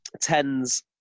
tens